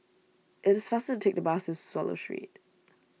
it is faster to take the bus to Swallow Street